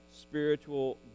spiritual